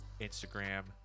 Instagram